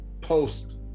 post